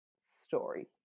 story